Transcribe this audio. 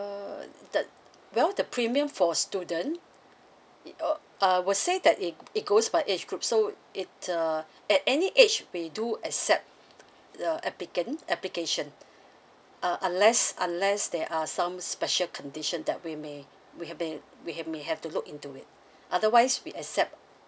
uh the well the premium for student uh I will say that it it goes by age group so it uh at any age we do accept the applicant application uh unless unless there are some special condition that we may we have may we have may have to look into it otherwise we accept